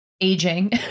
aging